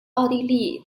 奥地利